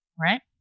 Right